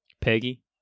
Peggy